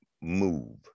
move